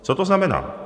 Co to znamená?